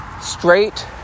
straight